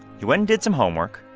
you went did some homework.